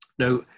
Now